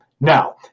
now